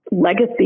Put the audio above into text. legacy